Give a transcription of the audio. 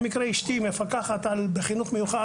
במקרה אשתי היא מפקחת בחינוך מיוחד